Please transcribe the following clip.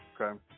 Okay